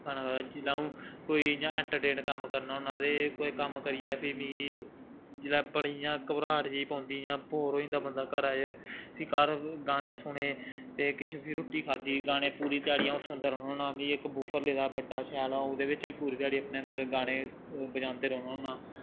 गाना गाया जिसलै अ'ऊं कोई इ'यां इंट्रटेन कम्म करना होन्नां ते कोई कम्म करियै फ्ही मिगी जिसलै बड़ी इ'यां घबराह्ट जेही पौंदी इ'यां बोर होई जंदा बंदा घरा च फ्ही घर गाने सुने ते किश फिर रुट्टी खाद्धी गाने सुने पूरी ध्याड़ी अ'ऊं सुनदा रौह्न्ना होन्ना मीं इक बूफर लेदा बड्डा शैल ओह्दे बिच्च बी पूरी ध्याड़ी अपने अंदर गाने ओह् बजांदे रौह्न्ना होन्नां